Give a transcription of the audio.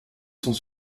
sont